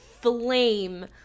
flame